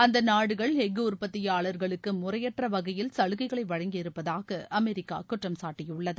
அந்த நாடுகள் எஃஃகு உற்பத்தியாளர்களுக்கு முறையற்ற வகையில் சலுகைகளை வழங்கியிருப்பதாக அமெரிக்கா குற்றம் சாட்டியுள்ளது